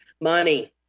Money